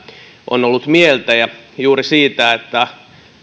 on ollut mieltä juuri siitä